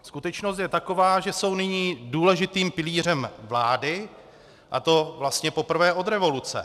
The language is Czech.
Skutečnost je taková, že jsou nyní důležitým pilířem vlády, a to vlastně poprvé od revoluce.